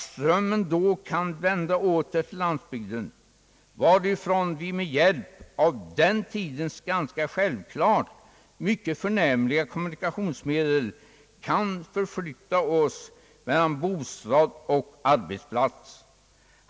Strömmen kan då vända åter till landsbygden, varifrån vi med hjälp av framtidens ganska självklart mycket förnämliga kommunikationsmedel kan förflytta oss mellan bostad och arbetsplats.